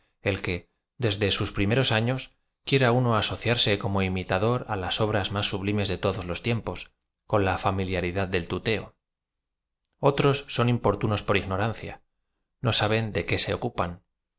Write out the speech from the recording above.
el que desde sus primeros años quiera uno aaociarse como imitador á los obras más sublimes de to dos los tiempos con la fam iliaridad del tuteo otros son importunos por ignorancia no saben de qué se ocupan